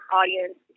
audience